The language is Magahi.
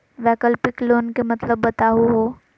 वैकल्पिक लोन के मतलब बताहु हो?